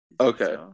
Okay